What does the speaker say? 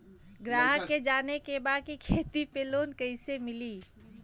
ग्राहक के जाने के बा की खेती पे लोन कैसे मीली?